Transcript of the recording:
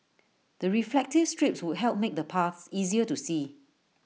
the reflective strips would help make the paths easier to see